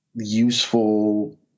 useful